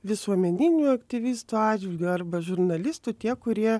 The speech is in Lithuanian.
visuomeninių aktyvistų atžvilgiu arba žurnalistų tie kurie